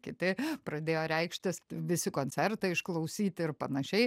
kiti pradėjo reikštis visi koncertai išklausyti ir panašiai